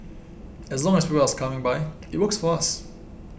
as long as people us coming by it works for us